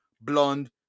Blonde